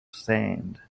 sand